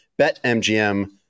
BetMGM